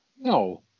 No